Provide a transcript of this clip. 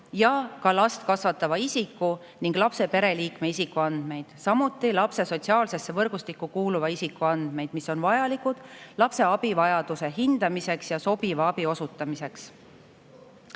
ja last kasvatava isiku ning lapse pereliikme isikuandmeid, samuti lapse sotsiaalsesse võrgustikku kuuluva isiku andmeid, mis on vajalikud lapse abivajaduse hindamiseks ja sobiva abi osutamiseks.